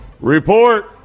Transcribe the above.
Report